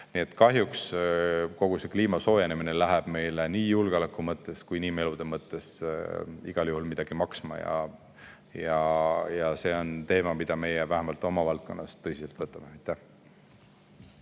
Kahjuks läheb kogu see kliimasoojenemine meile nii julgeoleku mõttes kui ka inimelude mõttes igal juhul midagi maksma. See on teema, mida meie vähemalt oma valdkonnas tõsiselt võtame.